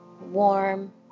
warm